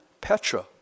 Petra